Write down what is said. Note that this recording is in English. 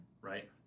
Right